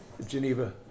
Geneva